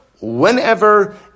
whenever